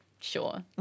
sure